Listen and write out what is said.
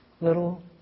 little